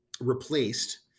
replaced